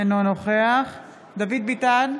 אינו נוכח דוד ביטן,